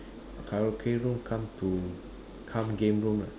karaoke room cum to cum game room